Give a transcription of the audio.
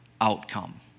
outcome